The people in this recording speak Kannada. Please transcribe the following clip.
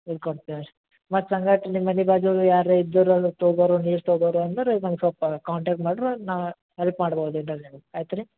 ಇದು ಕೊಡ್ತೇವೆ ರೀ ಮತ್ತು ಸಂಗಡ ನಿಮ್ಮ ಮನೆ ಬಾಜು ಯಾರು ಇದ್ದೋರು ಅದು ತಗೋರು ನೀರು ತಗೋರು ಅಂದರೆ ನಮ್ಗೆ ಸ್ವಲ್ಪ ಕಾಂಟ್ಯಾಕ್ಟ್ ಮಾಡ್ರಿ ನಾ ಹೆಲ್ಪ್ ಮಾಡ್ಬೌದು ಆಯ್ತು ರೀ